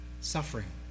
suffering